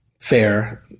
fair